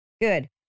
Good